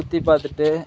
சுற்றிப் பார்த்துட்டு